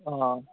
ꯑꯥ